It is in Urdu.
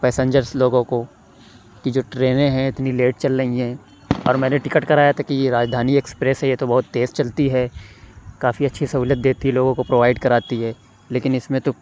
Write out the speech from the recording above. پیسنجرس لوگوں کو کہ جو ٹرینیں ہیں اتنی لیٹ چل رہی ہیں اور میں نے ٹکٹ کرایا تھا کہ یہ راجدھانی ایکسپریس ہے یہ تو بہت تیز چلتی ہے کافی اچھی سہولت دیتی ہے لوگوں کو پروائیڈ کراتی ہے لیکن اس میں تو